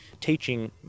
teaching